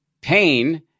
pain